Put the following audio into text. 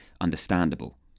understandable